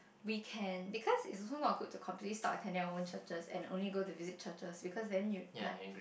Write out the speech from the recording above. we can because it's also not good to completely stop attending churches and only go to visit churches because then you like